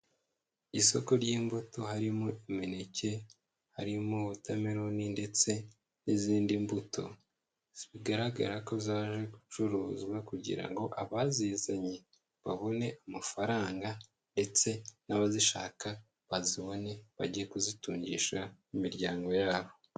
Isoko ry'imbuto harimo imineke, harimo watermellon ndetse n'izindi mbuto, bigaragara ko zaje gucuruzwa kugira ngo abazizanye babone amafaranga ndetse n'abazishaka bazibone bajye kuzitungisha imiryango yabo.